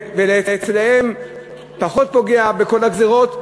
ואצלם פחות פוגעים בכל הגזירות,